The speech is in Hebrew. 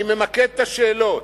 אני ממקד את השאלות.